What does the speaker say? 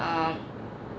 um